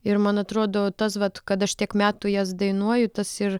ir man atrodo tas vat kad aš tiek metų jas dainuoju tas ir